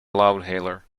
loudhailer